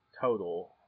total